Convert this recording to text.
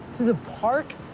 the park?